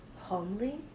Homely